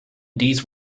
these